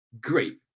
Great